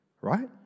right